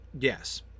Yes